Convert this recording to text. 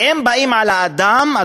ואם באים לדבר על האדם,